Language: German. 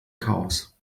chaos